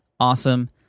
Awesome